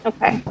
Okay